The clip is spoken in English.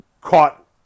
caught